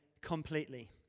completely